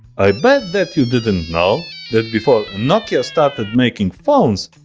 i bet that you didn't know that before nokia started making phones,